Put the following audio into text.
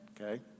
Okay